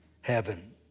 heaven